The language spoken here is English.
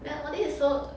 then !wah! this is so